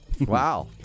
Wow